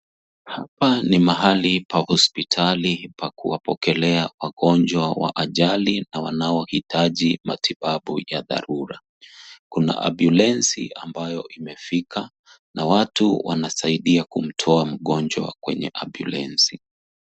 Hapa ni mahali pa hospitali pa kuwapokelea wagonjwa wa ajali na wanaohitaji matibabu ya dharura kuna ambulensi ambayo imefika na watu wanasaidia kumtoa mgonjwa kwenye ambulensi.